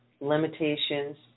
limitations